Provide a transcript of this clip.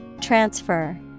Transfer